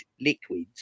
liquids